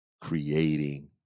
creating